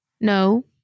no